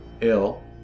ill